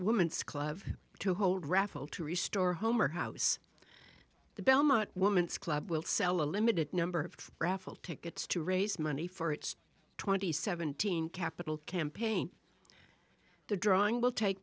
woman to hold raffle to restore home or house the belmont woman's club will sell a limited number of raffle tickets to raise money for its twenty seven thousand capital campaign the drawing will take